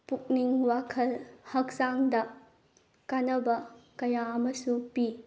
ꯄꯨꯛꯅꯤꯡ ꯋꯥꯈꯜ ꯍꯛꯆꯥꯡꯗ ꯀꯥꯟꯅꯕ ꯀꯌꯥ ꯑꯃꯁꯨ ꯄꯤ